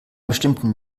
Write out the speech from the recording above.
bestimmten